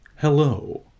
Hello